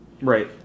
right